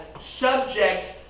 subject